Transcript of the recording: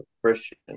Christian